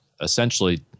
essentially